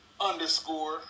underscore